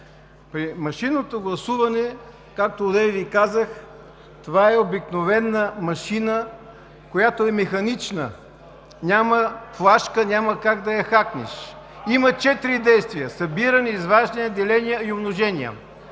При машинното гласуване, както одеве Ви казах, това е обикновена машина, която е механична, няма флашка, няма как да я хакнеш. (Реплики от ОП.) Има четири действия – събиране, изваждане, деление и умножение.